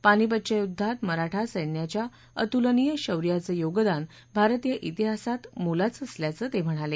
पानिपतच्या युद्धात मराठा सैन्याच्या अतुलनीय शौर्याचं योगदान भारतीय इतिहासात मोलाचं असल्याचं ते म्हणाले